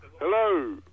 Hello